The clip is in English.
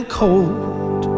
cold